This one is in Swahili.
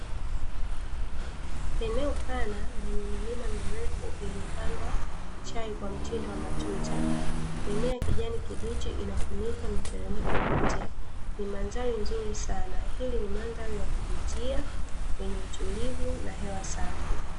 Eneo pana lenye milima mirefu iliyopandwa chai kwa mtindo wa matuta, mimea ya kijani kibichi inafunika miteremko yote. Ni mandhari nzuri sana, hii ni mandhari ya kuvutia yenye utulivu na hewa safi.